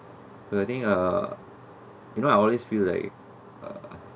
so I think uh you know I only feel like uh